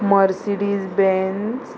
Mercedes Benz